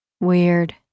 Weird